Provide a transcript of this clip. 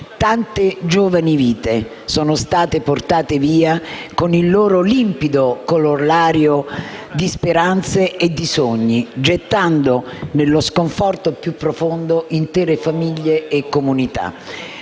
Tante giovani vite sono state portate via, con il loro limpido corollario di speranze e di sogni, gettando nello sconforto più profondo intere famiglie e comunità.